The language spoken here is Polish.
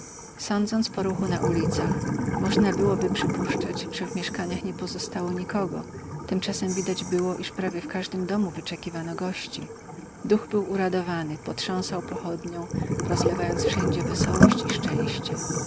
sądząc po ruchu na ulicach można byłoby przypuszczać że w mieszkaniach nie pozostało nikogo tymczasem widać było iż prawie w każdym domu wyczekiwano gości duch był uradowany potrząsał pochodnią rozlewając wszędzie wesołość i szczęście